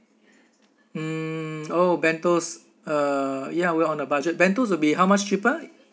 um oh bentos uh ya we're on a budget bentos will be how much cheaper